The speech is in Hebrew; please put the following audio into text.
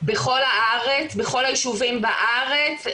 בכל היישובים בארץ,